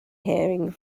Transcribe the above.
hearing